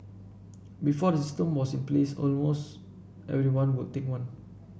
before the system was in place almost everyone would take one